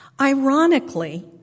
Ironically